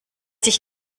sich